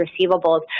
receivables